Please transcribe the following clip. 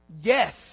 Yes